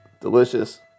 delicious